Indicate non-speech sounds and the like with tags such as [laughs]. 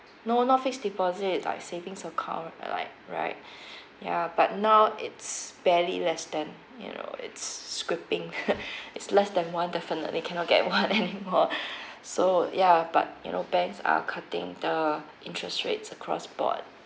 no not fixed deposit like savings account like right yeah but now it's barely less then you know it's scrapping [laughs] is less than one definitely cannot get one [laughs] anymore [breath] so yeah but you know banks are cutting the interest rates across board